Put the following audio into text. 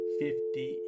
fifty